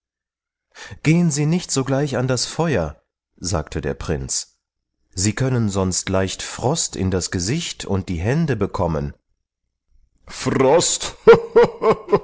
gehen sie nicht sogleich an das feuer sagte der prinz sie können sonst leicht frost in das gesicht und die hände bekommen frost